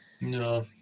No